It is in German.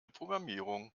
programmierung